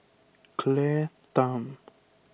Claire Tham